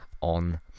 ...on